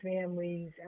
families